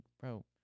bro